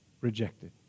rejected